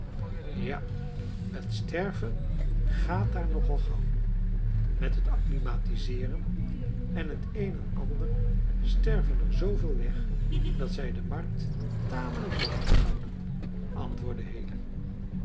ja het sterven gaat daar nog al gauw met het acclimatiseeren en het een en ander sterven er zooveel weg dat zij de markt tamelijk levendig houden antwoordde haley